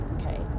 okay